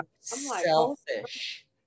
selfish